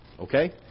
Okay